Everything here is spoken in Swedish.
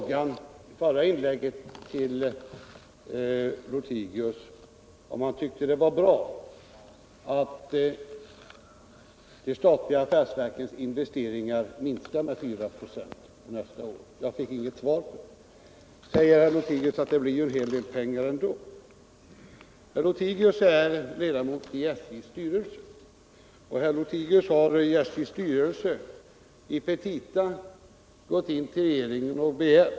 Han har i den egenskapen i petita till regeringen begärt att få 1 080 milj.kr. till angelägna investeringar inom SJ.